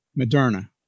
Moderna